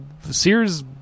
Sears